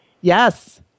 Yes